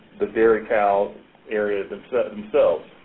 the dairy cow areas themselves.